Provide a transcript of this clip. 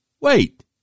Wait